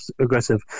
aggressive